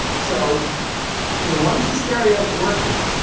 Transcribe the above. so you know once the stereo's working,